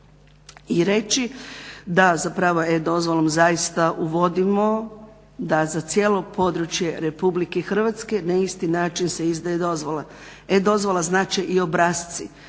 i reći da zapravo E-dozvolom zaista uvodimo da za cijelo područje Republike Hrvatske na isti način se izdaje dozvola. E-dozvola znače i obrasci.